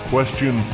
Question